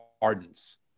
pardons